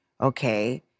Okay